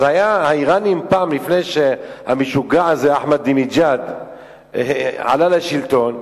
פעם, לפני שהמשוגע הזה אחמדינג'אד עלה לשלטון,